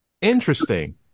interesting